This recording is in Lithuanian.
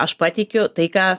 aš pateikiu tai ką